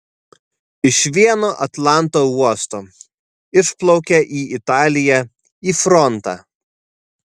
iš vieno atlanto uosto išplaukia į italiją į frontą